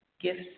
gifts